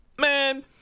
man